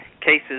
cases